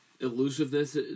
elusiveness